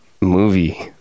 movie